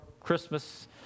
Christmas